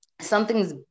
something's